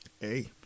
hey